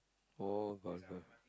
oh no wonder